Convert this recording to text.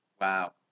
Wow